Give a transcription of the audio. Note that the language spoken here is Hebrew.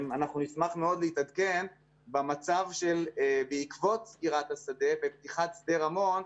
אנחנו נשמח מאוד להתעדכן במצב בעקבות סגירת השדה ופתיחת שדה רמון,